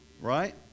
Right